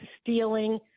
stealing